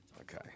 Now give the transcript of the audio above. Okay